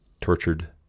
tortured